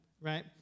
right